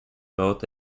both